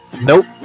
nope